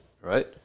right